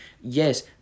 yes